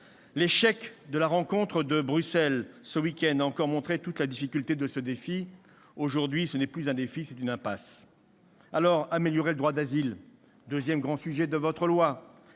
L'échec de la rencontre de Bruxelles de ce week-end a encore montré toute la difficulté de ce défi. Aujourd'hui, c'est n'est plus un défi, c'est une impasse. Alors, améliorer le droit d'asile, le deuxième grand thème de votre loi